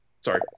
Sorry